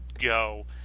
go